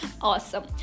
Awesome